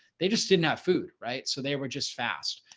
they just didn't have food, right? so they were just fast.